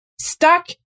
stuck